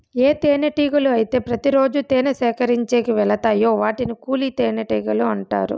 ఏ తేనెటీగలు అయితే ప్రతి రోజు తేనె సేకరించేకి వెలతాయో వాటిని కూలి తేనెటీగలు అంటారు